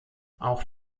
auch